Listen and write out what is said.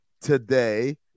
today